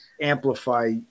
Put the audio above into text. amplify